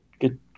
good